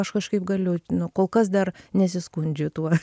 aš kažkaip galiu nu kol kas dar nesiskundžiu tuo